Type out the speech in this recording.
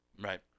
Right